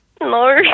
No